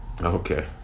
Okay